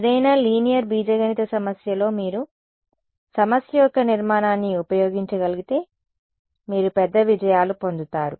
ఏదైనా లీనియర్ బీజగణిత సమస్యలో మీరు సమస్య యొక్క నిర్మాణాన్ని ఉపయోగించగలిగితే మీరు పెద్ద విజయాలు పొందుతారు